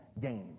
game